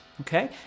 okay